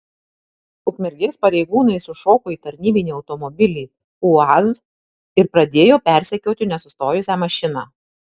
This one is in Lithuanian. ukmergės pareigūnai sušoko į tarnybinį automobilį uaz ir pradėjo persekioti nesustojusią mašiną